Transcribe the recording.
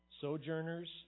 sojourners